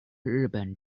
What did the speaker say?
日本